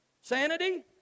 sanity